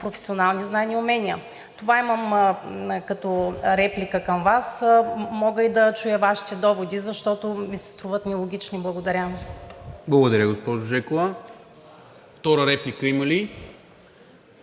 професионални знания и умения. Това имам като реплика към Вас. Мога и да чуя Вашите доводи, защото ми се струват нелогични. Благодаря Ви. ПРЕДСЕДАТЕЛ НИКОЛА МИНЧЕВ: Благодаря Ви, госпожо Жекова. Втора реплика има ли?